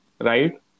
right